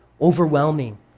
overwhelming